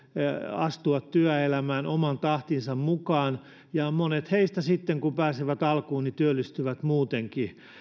astua työelämään oman tahtinsa mukaan ja monet heistä sitten kun pääsevät alkuun työllistyvät muutenkin